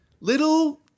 Little